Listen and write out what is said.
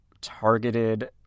targeted